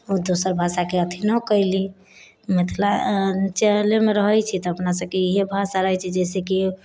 दोसर भाषाके अथी नहि कैली मिथिलाञ्चलमे रहै छी तऽ अपना सबके इहे भाषा रहै छै जैसे कि